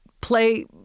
play